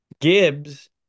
Gibbs